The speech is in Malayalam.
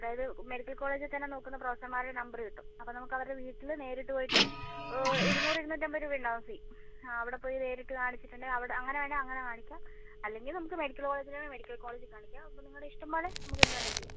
അതായത് മെഡിക്കൽ കോളേജിൽ തന്നെ നോക്കുന്ന പ്രൊഫസറുമാരുടെ നമ്പർ കിട്ടും അപ്പം നമുക്കവരുടെ വീട്ടിൽ നേരിട്ട് പോയിട്ട് ഇരുനൂറ് ഇരുന്നൂറ്റമ്പത് രൂപയുണ്ടാകും ഫീ അവിടെ പോയി നേരിട്ട് കാണിച്ചിട്ടുണ്ടെങ്കിൽ അങ്ങനെ വേണേ അങ്ങനെ കാണിക്കാം അല്ലെങ്കിൽ നമുക്ക് മെഡിക്കൽ കോളേജിൽ മെഡിക്കൽ കോളേജിൽ കാണിക്കാം നിങ്ങളുടെ ഇഷ്ടം പോലെ നമുക്ക് എന്ത് വേണമെങ്കിലും ചെയ്യാം